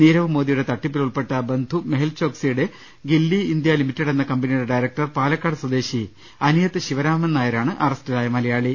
നീരവ് മോദിയുടെ തട്ടിപ്പിൽ ഉൾപ്പെട്ട ബന്ധു മെഹുൽ ചോക്സിയുടെ ഗില്ലി ഇന്ത്യ ലിമിറ്റഡ് എന്ന കമ്പനിയുടെ ഡയറക്ടർ പാലക്കാട് സ്വദേശി അനിയത്ത് ശിവരാമൻനായരാണ് അറസ്റ്റിലായ മലയാളി